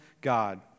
God